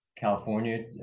California